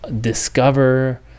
discover